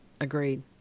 Agreed